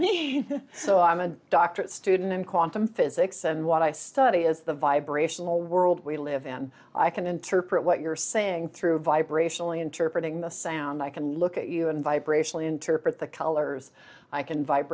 mean so i'm a doctorate student in quantum physics and what i study is the vibrational world we live in i can interpret what you're saying through vibrationally interpreting the sound i can look at you and vibrational interpret the colors i can vib